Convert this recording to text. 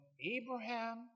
abraham